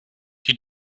die